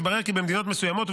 התברר כי במדינות מסוימת,